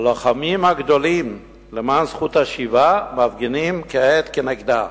הלוחמים הגדולים למען זכות השיבה מפגינים כעת כנגדה.